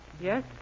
yes